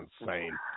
insane